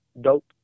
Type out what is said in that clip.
Dope